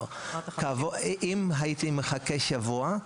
אם הייתי מחכה שבוע,